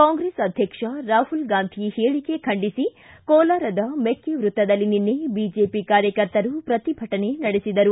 ಕಾಂಗ್ಲೆಸ್ ಅಧ್ಯಕ್ಷ ರಾಹುಲ್ ಗಾಂಧಿ ಹೇಳಕೆ ಖಂಡಿಸಿ ಕೋಲಾರದ ಮೆಕ್ಕೆ ವೃತ್ತದಲ್ಲಿ ನಿನ್ನೆ ಬಿಜೆಪಿ ಕಾರ್ಯಕರ್ತರು ಪ್ರತಿಭಟನೆ ನಡೆಸಿದರು